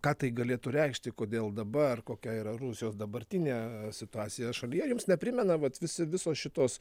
ką tai galėtų reikšti kodėl dabar kokia yra rusijos dabartinė situacija šalyje ar jums neprimena vat visi visos šitos